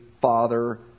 Father